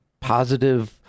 positive